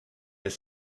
mais